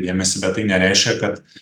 dėmesį bet tai nereiškia kad